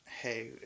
hey